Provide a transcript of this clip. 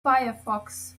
firefox